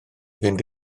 fynd